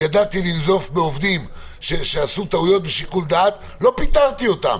ידעתי לנזוף בעובדים שעשו טעויות בשיקול דעת לא פיטרתי אותם,